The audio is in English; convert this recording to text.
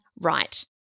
right